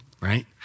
Right